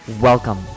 Welcome